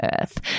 earth